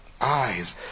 eyes